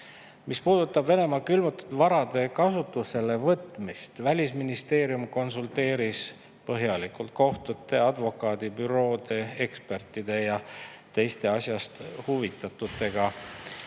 Mis puudutab Venemaa külmutatud varade kasutusele võtmist, siis Välisministeerium konsulteeris põhjalikult kohtute, advokaadibüroode, ekspertide ja teiste asjast huvitatutega, tagamaks, et